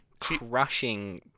crushing